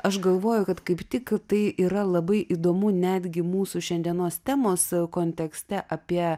aš galvoju kad kaip tik tai yra labai įdomu netgi mūsų šiandienos temos kontekste apie